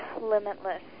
limitless